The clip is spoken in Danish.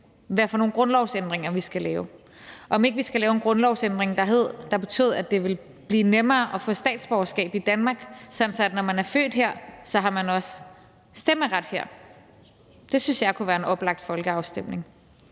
nogle grundlovsændringer vi skal lave, og om ikke vi skulle lave en grundlovsændring, der betød, at det ville blive nemmere at få statsborgerskab i Danmark, sådan at når man er født her, har man også stemmeret her. Det synes jeg kunne være oplagt til en folkeafstemning.